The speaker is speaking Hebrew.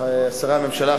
שרי הממשלה,